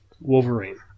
Wolverine